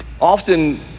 Often